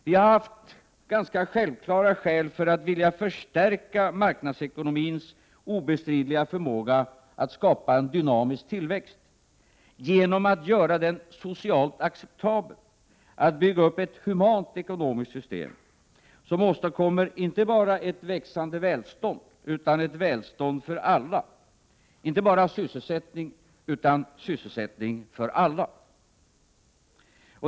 Vi har haft ganska självklara skäl för att vilja förstärka marknads ekonomins obestridliga förmåga att skapa en dynamisk tillväxt genom att göra den socialt acceptabel — att bygga upp ett humant ekonomiskt system som åstadkommer inte bara ett växande välstånd utan ett välstånd för alla, inte bara sysselsättning utan sysselsättning för alla.